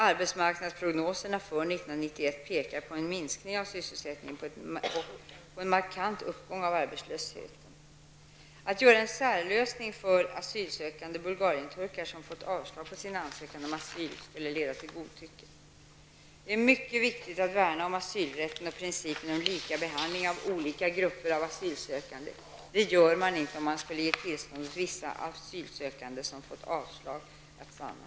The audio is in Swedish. Arbetsmarknadsprognoserna för år 1991 pekar på en minskning av sysselsättningen och på en markant uppgång av arbetslösheten. Att göra en särlösning för asylsökande Bulgarienturkar, som fått avslag på sin ansökan om asyl, skulle leda till godtycke. Det är mycket viktigt att värna om asylrätten och principen om lika behandling av olika grupper av asylsökande. Det gör man inte om man skulle ge tillstånd åt vissa asylsökande som fått avslag att stanna.